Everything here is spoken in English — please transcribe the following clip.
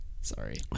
sorry